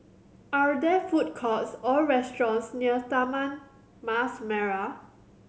are there food courts or restaurants near Taman Mas Merah